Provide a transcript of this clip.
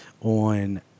on